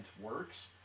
works